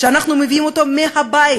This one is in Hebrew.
שאנחנו מביאים אותו מהבית.